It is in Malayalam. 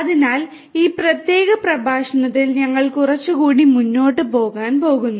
അതിനാൽ ഈ പ്രത്യേക പ്രഭാഷണത്തിൽ ഞങ്ങൾ കുറച്ചുകൂടി മുന്നോട്ട് പോകാൻ പോകുന്നു